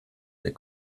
der